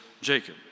Jacob